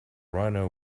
rhino